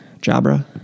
Jabra